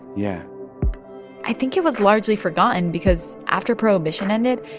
yeah i think it was largely forgotten because after prohibition ended,